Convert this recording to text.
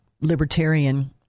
libertarian